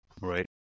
Right